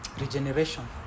Regeneration